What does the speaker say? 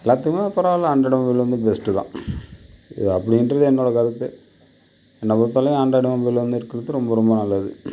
எல்லாத்துக்கும் பரவாயில்ல android mobile வந்து பெஸ்ட்டுதான் அப்படீன்றது என்னோட கருத்து என்னைப் பொருத்தவரையிலும் ஆண்ட்ராய்டு வந்து இருக்கிறது ரொம்ப ரொம்ப நல்லது